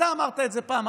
אתה אמרת את זה פעם,